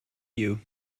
you